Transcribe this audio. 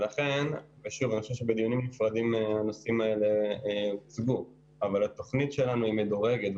אני חושב שבדיונים נפרדים הנושאים האלה יוצגו אבל התוכנית שלנו מדורגת,